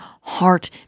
heart